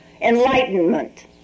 enlightenment